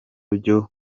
byo